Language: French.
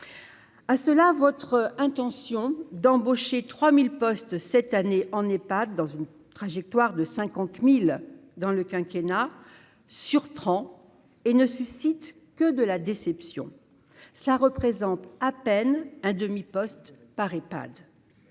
ah cela votre intention d'embaucher 3000 postes cette année, on n'est pas dans une trajectoire de 50000 dans le quinquennat surprend et ne suscite que de la déception, cela représente à peine un demi-poste par iPad